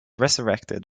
resurrected